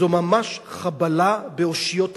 זו ממש חבלה באושיות המדינה.